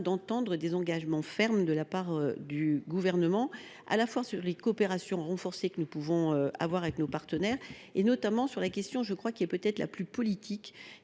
d’entendre des engagements fermes de la part du Gouvernement sur les coopérations renforcées que nous pouvons avoir avec nos partenaires. Je pense notamment à la question qui est, je crois, la plus politique,